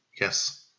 Yes